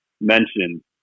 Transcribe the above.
mentioned